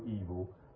evil